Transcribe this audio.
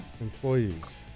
employees